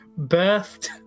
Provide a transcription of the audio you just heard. birthed